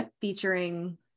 featuring